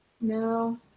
no